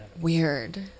Weird